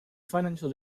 financial